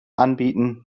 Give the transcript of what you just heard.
anbieten